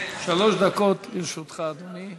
שלוש דקות לרשותך, אדוני.